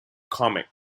comic